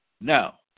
Now